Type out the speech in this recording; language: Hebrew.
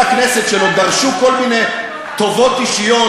הכנסת שלו דרשו כל מיני טובות אישיות.